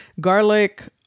garlic